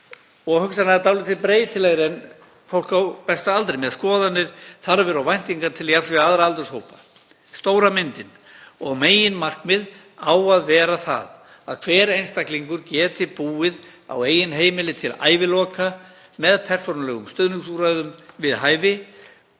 og hugsanlega dálítið breytilegri en fólk á besta aldri, með skoðanir, þarfir og væntingar til jafns við aðra aldurshópa. Stóra myndin og meginmarkmið á að vera það að hver einstaklingur geti búið á eigin heimili til æviloka með persónulegum stuðningsúrræðum við hæfi